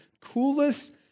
coolest